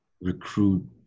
recruit